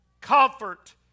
comfort